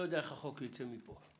לא יודע איך החוק ייצא מפה.